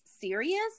serious